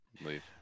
leave